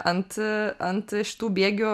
ant ant šitų bėgių